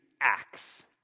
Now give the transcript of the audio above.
Acts